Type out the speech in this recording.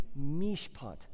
mishpat